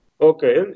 okay